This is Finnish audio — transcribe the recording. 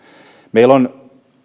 meillä on